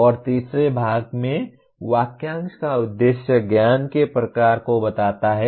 और तीसरे भाग में वाक्यांश का उद्देश्य ज्ञान के प्रकार को बताता है